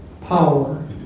power